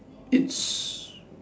it's